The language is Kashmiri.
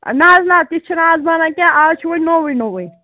نہَ حظ نہَ تہِ چھُ نہٕ اَز بنان کیٚنٛہہ اَز چھُ وۅنۍ نوٚوُے نوٚوُے